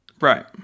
Right